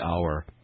hour